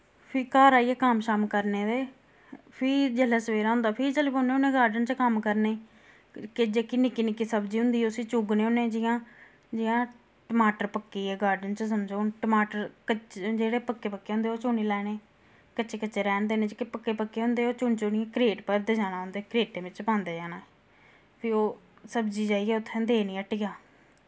फ्ही घर आइयै कम्म शम करने ते फ्ही जिसलै सवेरा होंदा फ्ही चली पौने होने गार्डन च कम्म करने के जेह्की निक्की निक्की सब्जी होंदी उस्सी चुगने होने जियां जि'यां टमाटर पक्किये गार्डन च समझो हुन टमाटर कच्च जेह्ड़े पक्के पक्के होंदे ओह् चुनी लैने कच्चे कच्चे रैह्न देने जेह्के पक्के पक्के होंदे ओ चुनी चुनियै क्रेट भरदे जाना उं'दे क्रेटें विच पांदे जाना फ्ही ओ सब्जी जाइयै उत्थैं देनी हट्टिया